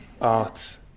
art